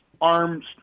Arms